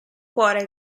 cuore